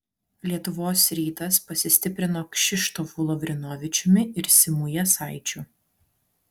lietuvos rytas pasistiprino kšištofu lavrinovičiumi ir simu jasaičiu